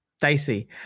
dicey